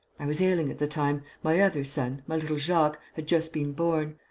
i was ailing at the time my other son, my little jacques, had just been born.